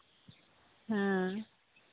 ᱦᱮᱸ